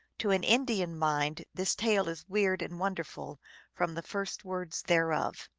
to an indian mind this tale is weird and wonderful from the first words thereof.